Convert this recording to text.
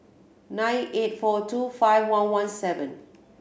nine eight four two five one one seven